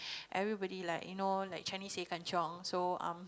everybody like you know like Chinese they kanchiong so um